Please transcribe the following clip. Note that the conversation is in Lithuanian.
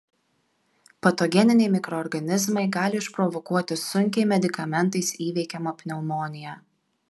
patogeniniai mikroorganizmai gali išprovokuoti sunkiai medikamentais įveikiamą pneumoniją